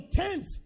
tent